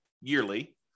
yearly